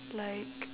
like